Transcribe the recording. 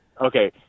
okay